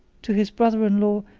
to his brother-in-law,